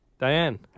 Diane